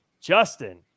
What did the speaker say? Justin